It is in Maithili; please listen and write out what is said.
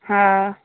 हँ